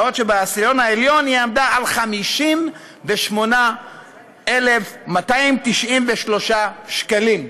בעוד שבעשירון העליון היא עמדה על 58,293 שקלים.